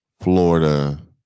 Florida